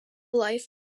life